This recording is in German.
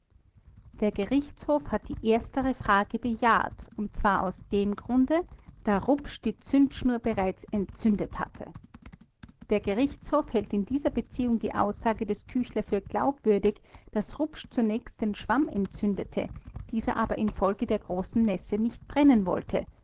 der gerichtshof hat die erstere frage bejaht und zwar aus dem grunde da rupsch die zündschnur bereits entzündet hatte der gerichtshof hält in dieser beziehung die aussage des küchler für glaubwürdig daß rupsch zunächst den schwamm entzündete dieser aber infolge der großen nässe nicht brennen wollte